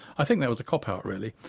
i think that was a cop out really.